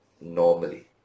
normally